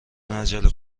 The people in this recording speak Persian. عجله